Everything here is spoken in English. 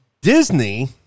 Disney